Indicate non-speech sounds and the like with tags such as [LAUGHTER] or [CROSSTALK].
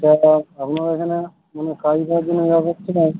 তা আপনার এখানে কোনো কাজ বাজ [UNINTELLIGIBLE] না